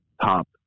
top